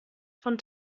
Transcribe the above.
von